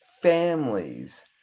families